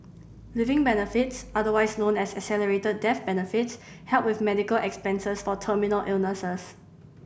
living benefits otherwise known as accelerated death benefits help with medical expenses for terminal illnesses